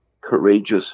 courageous